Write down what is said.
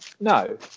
No